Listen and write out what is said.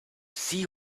see